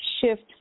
shift